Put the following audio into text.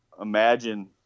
imagine